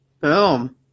Boom